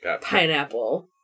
pineapple